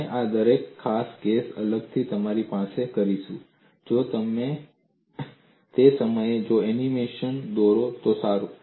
આપણે આ દરેક ખાસ કેસ પર અલગથી સમય પસાર કરીશું તે સમયે જો તમે એનિમેશન દોરો તો સારું